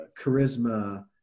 charisma